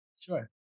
Sure